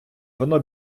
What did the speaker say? воно